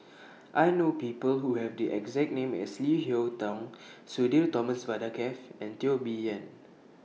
I know People Who Have The exact name as Leo Hee Tong Sudhir Thomas Vadaketh and Teo Bee Yen